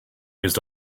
used